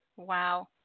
Wow